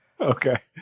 Okay